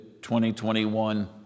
2021